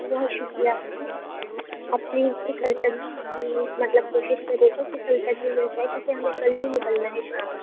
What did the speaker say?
بہت شُکریہ آپ کا آپ پلیز اِسے کل تک مطلب کوشش کریے گا کہ کل تک ہی مل جائے کیونکہ ہمیں کل ہی نکلنا ہے شام میں